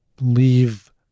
leave